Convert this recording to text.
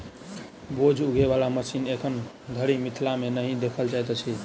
बोझ उघै बला मशीन एखन धरि मिथिला मे नहि देखल जाइत अछि